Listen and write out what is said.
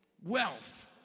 wealth